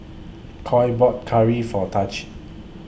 Coy bought Curry For Tahj